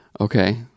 Okay